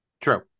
true